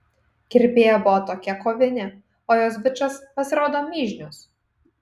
kirpėja buvo tokia kovinė o jos bičas pasirodo mižnius